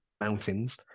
mountains